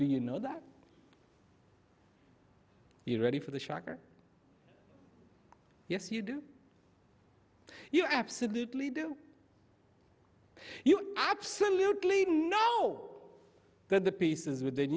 do you know that you're ready for the shocker yes you do you absolutely do you absolutely know that the pieces within